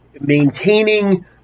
Maintaining